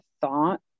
thought